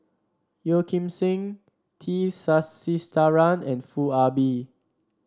Yeo Kim Seng T Sasitharan and Foo Ah Bee